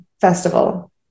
festival